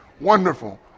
wonderful